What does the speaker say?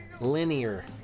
linear